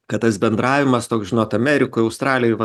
kad tas bendravimas toks žinot amerikoj australijoj va